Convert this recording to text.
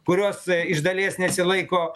kurios iš dalies nesilaiko